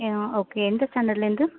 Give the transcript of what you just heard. ஆ okay எந்த ஸ்டாண்டர்ட்லேருந்து